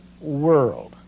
world